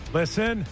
listen